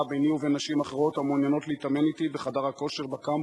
ביני ובין נשים אחרות המעוניינות להתאמן אתי בחדר הכושר בקמפוס.